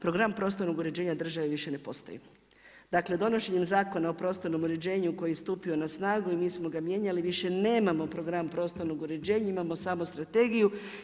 Program prostornog uređenja države više ne postoji, dakle donošenjem Zakona o prostornom uređenju koji je stupio na snagu i mi smo ga mijenjali više nemamo program prostornog uređenja, imamo samo strategiju.